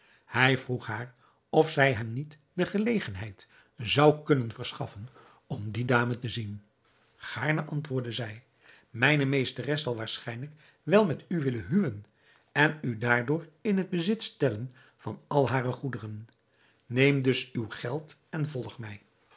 hij vroeg haar of zij hem niet de gelegenheid zou kunnen verschaffen om die dame te zien gaarne antwoordde zij mijne meesteres zal waarschijnlijk wel met u willen huwen en u daardoor in het bezit stellen van al hare goederen neem dus uw geld en volg mij